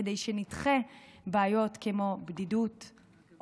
כדי שנדחה בעיות כמו בדידות,